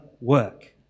work